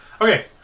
Okay